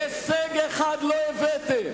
הישג אחד לא הבאתם.